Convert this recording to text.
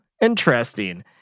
interesting